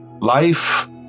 Life